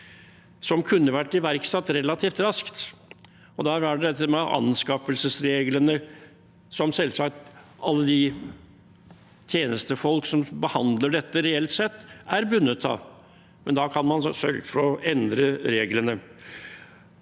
som kunne vært iverksatt relativt raskt. Da er det dette med anskaffelsesreglene, som selvsagt alle de tjenestefolk som behandler dette, reelt sett er bundet av. Da kan man sørge for å endre reglene.